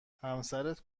همسرت